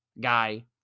Guy